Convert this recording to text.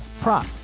prop